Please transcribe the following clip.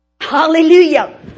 Hallelujah